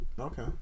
okay